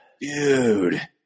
dude –